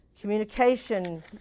Communication